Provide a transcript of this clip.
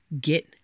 get